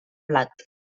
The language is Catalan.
blat